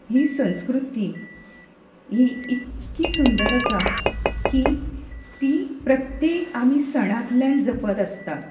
ही संस्कृती ही इतकी सुंदर आसा की ती प्रत्येक आमी सणांतल्यान जपत आसतात